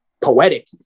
poetic